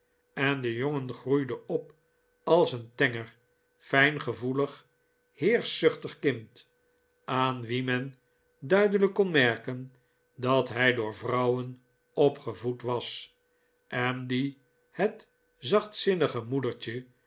en de jongen groeide op als een tenger fljngevoelig heerschzuchtig kind aan wien men duidelijk kon merken dat hij door vrouwen opgevoed was en die het zachtzinnige moedertje